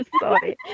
Sorry